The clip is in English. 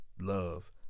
love